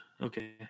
Okay